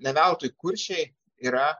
ne veltui kuršiai yra